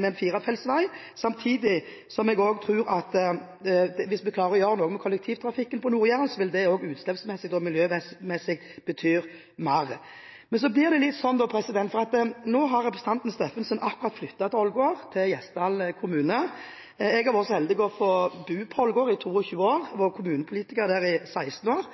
en firefelts vei. Samtidig tror jeg at hvis vi klarer å gjøre noe med kollektivtrafikken på Nord-Jæren, vil det utslippsmessig og miljømessig bety mer. Men nå har representanten Steffensen akkurat flyttet til Ålgård i Gjesdal kommune. Jeg har vært så heldig å få bo på Ålgård i 22 år og vært kommunepolitiker der i 16 år.